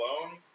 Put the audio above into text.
alone